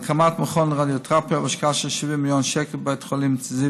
הקמת מכון רדיותרפיה בהשקעה של 70 מיליון שקל בבית חולים זיו